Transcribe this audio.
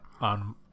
on